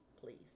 please